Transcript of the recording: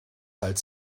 halt